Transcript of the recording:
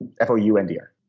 f-o-u-n-d-r